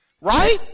right